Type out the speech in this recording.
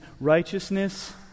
righteousness